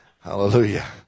Hallelujah